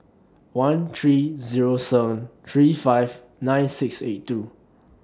one three Zero seven three five nine six eight two